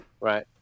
Right